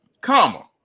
comma